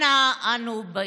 אנה אנו באים?